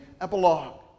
epilogue